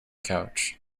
couch